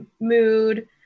mood